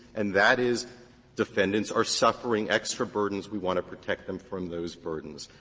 and that is defendants are suffering extra burdens we want to protect them from those burdens.